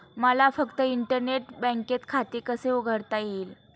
मला फक्त इंटरनेट बँकेत खाते कसे उघडता येईल?